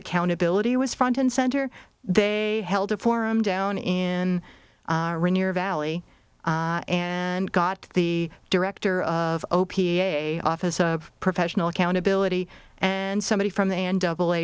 accountability was front and center they held a forum down in near valley and got the director of opie a office of professional accountability and somebody from the end double